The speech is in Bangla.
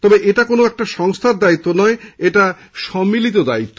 তবে এটা কোন একটা সংস্হার দায়িত্ব নয় এটা সম্মিলিত দায়িত্ব